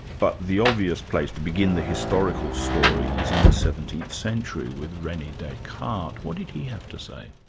but the obvious place to begin the historical story is in the seventeenth century, with rene descartes. what did he have to say?